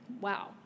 Wow